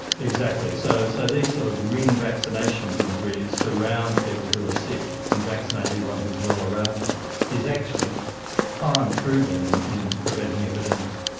exactly. so so these sort of ring vaccination things where you surround people who are sick and vaccinate everyone who is well around them is actually time proven in in preventing epidemics.